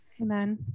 amen